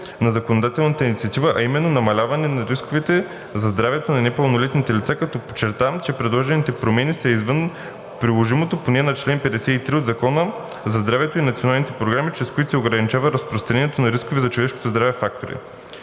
на законодателната инициатива, а именно намаляване на рисковете за здравето на непълнолетните лица, като подчерта, че предложените промени са извън приложното поле на чл. 53 от Закона за здравето и националните програми, чрез които се ограничава разпространението на рискови за човешкото здраве фактори.